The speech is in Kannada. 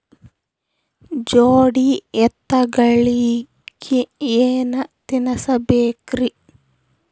ಜೋಡಿ ಎತ್ತಗಳಿಗಿ ಏನ ತಿನಸಬೇಕ್ರಿ?